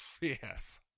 yes